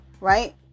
right